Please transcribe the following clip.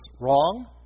wrong